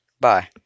bye